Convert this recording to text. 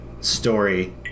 story